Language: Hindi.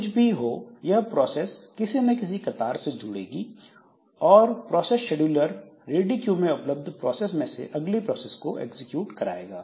कुछ भी हो यह प्रोसेस किसी न किसी कतार से जुड़ेगी और प्रोसेस शेड्यूलर रेडी क्यू में उपलब्ध प्रोसेस में से अगली प्रोसेस को एग्जीक्यूट कराएगा